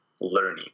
learning